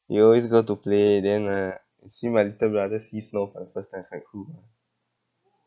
we always go to play then ah I see my little brother see snow for the first time is like cool